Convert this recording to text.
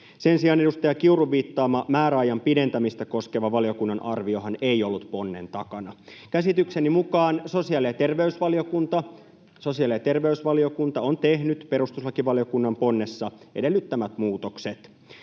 Sen sijaan edustaja Kiurun viittaama määräajan pidentämistä koskeva valiokunnan arviohan ei ollut ponnen takana. [Krista Kiurun välihuuto] Käsitykseni mukaan sosiaali- ja terveysvaliokunta on tehnyt perustuslakivaliokunnan ponnessa edellyttämät muutokset.